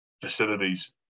facilities